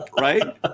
Right